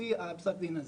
לפי פסק הדין הזה,